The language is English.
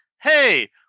Hey